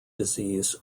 disease